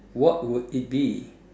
what would it be